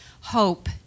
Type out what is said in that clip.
hope